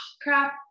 crap